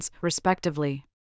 respectively